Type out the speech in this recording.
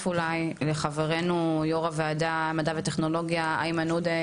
אולי לחברנו יו"ר הוועדה מדע וטכנולוגיה איימן עודה,